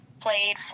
played